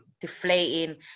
deflating